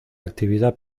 actividad